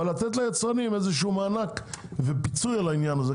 אבל לתת איזשהו מענק או פיצוי על העניין הזה,